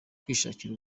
kwishakira